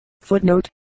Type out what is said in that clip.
Footnote